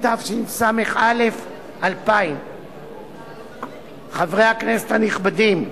התשס"א 2000. חברי הכנסת הנכבדים,